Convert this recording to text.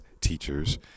teachers